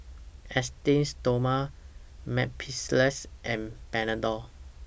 Esteem Stoma Mepilex and Panadol